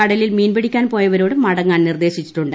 കടലിൽ മീൻപിടിക്കാൻ പോയവരോട് മടങ്ങാൻ നിർദ്ദേശിച്ചിട്ടുണ്ട്